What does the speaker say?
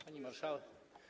Pani Marszałek!